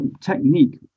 technique